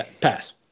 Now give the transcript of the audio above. Pass